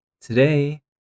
Today